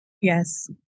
Yes